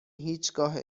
هیچگاه